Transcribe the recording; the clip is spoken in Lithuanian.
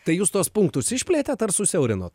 tai jūs tuos punktus išplėtėt ar susiaurinot